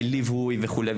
ליווי וכו'.